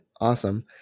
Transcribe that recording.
Awesome